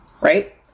right